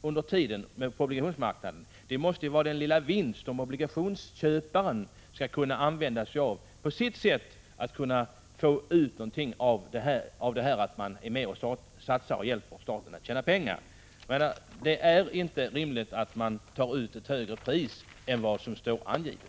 på premieobligationsmarknaden måste ju utgöra den lilla vinst som obligationsköparen skall kunna få som ersättning för att han är med och satsar och hjälper staten att tjäna pengar. Det är inte rimligt att ta ut ett högre pris än det som står angivet.